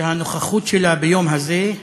שהנוכחות שלה ביום הזה,